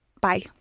Bye